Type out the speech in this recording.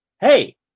hey